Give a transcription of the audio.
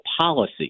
policy